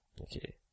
Okay